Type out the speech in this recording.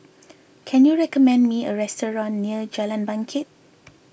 can you recommend me a restaurant near Jalan Bangket